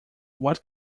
what